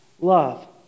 love